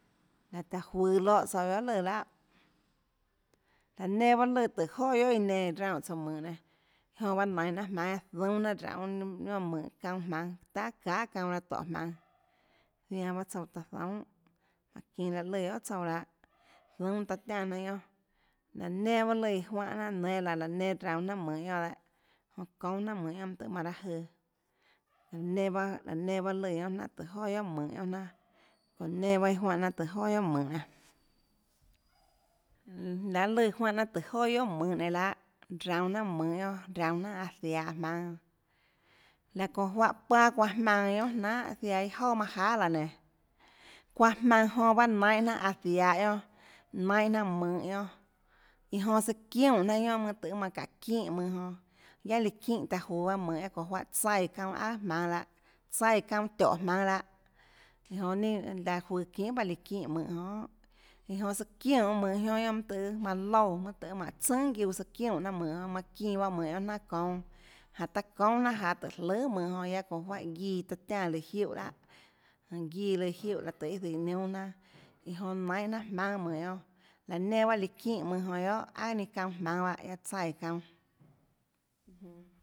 Laå taã juøå lóhã tsouã guiohà lùã laã nenã bahâ lùã guiohà tùhå joà guiohà iã nenã iã raunè tsouã mønhå nenã jonã nainå jnanà jmaùnâ guiaâ zoúnâ jnanà raunê mønhå guionâ çaunâ jmaùnâ tahà çahà çuanâ raâ tóhå jmaønâ zianã bahâ tsouã taã zoúnân mánhå çinå láhå lùã guiohà tsouã lahâ zoúnâ taã tiánã jnanà guionà laå nenã bahâ lùã iã juánhã jnanànùnâ laã laå nenã raunå jnanà mønhå guionàdehâ çoúnâ jnanà mønhå guionà mønâ tøhê manã raâ jøã laã nenã bahâ laã nenã bahâ lùã guionâ jnanà tùhå joà guiohà mønhå guionà jnanà çounã nenã bahâ iã juánhã jnanà tùhå joà guiohà mønhå nenã lahê lùã juánhã jnanà tùhå joà guiohà mønhå nenã lahâ raunå jnanà mønhå guionâ raunå jnanà aã ziahå jmaùnâ laå çounã juáhã paâ çuaã jmaønã guiónà jnanhà ziaã iâ jouà manâ jahà laã nénå çuaã jmaønã jonã bahâ nonê raunå jnanà aã ziahå guionâ nainhâ jnanà mønhå guionâ iã jonã søã çiunè jnanà guionâ mønâ tøhê manã çáå çínhã mønhå jonã guiaâ líã çínhã taã juøå mønhå guiaâ çounã juáhã tsaíã çaunâ aùà jmaùnâ lahâ tsaíã çaunâ tióhå jmaùnâ lahâ iã jonã ninâ taã juøå çinhà líã çínhã mønhå jonãon iã jonã søã çiúnhã mønhå guionâ mønâ tøhê manã loúã tøhê manã tsùnà guiuã søã çiunè jnanà mønhå guionâ manã çinã bahâ mønhå guionâ jnanà çoúnâ jánhå taã çoúnâ jnanà janå tùhå jløhà mønhå jonã guiaâ çounã juáhã iã guiã taã tiánã líã jiúhã lahâ guiã lùã jiúhã lahê tøhê iâ zihå niúnâ jnanà iã jonã nainhâ jnanà jmaùnâ mønhå guionâ laã nenã bahâ líã çínhå mønhå jonã guiohà aùà ninâ çaunâ jmaùnâ bahâ guiaâ tsaíã çaunâ